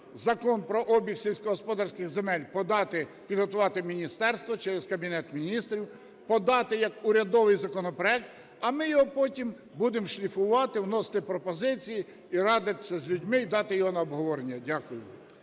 Закон про обіг сільськогосподарських земель подати і підготувати міністерство через Кабінет Міністрів, подати як урядовий законопроект, а ми його потім будемо шліфувати, вносити пропозиції і радиться з людьми, і дати його на обговорення. Дякую.